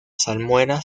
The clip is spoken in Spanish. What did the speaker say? salmuera